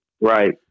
Right